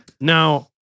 now